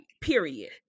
period